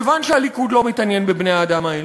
כיוון שהליכוד לא מתעניין בבני-האדם האלה,